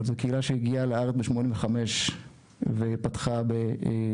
אבל זו קהילה שהגיעה לארץ בשנת 1985 ופתחה בשביתה